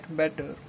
better